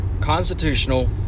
constitutional